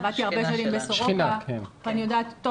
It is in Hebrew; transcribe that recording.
עבדתי הרבה שנים בסורוקה ואני יודעת טוב